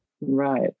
Right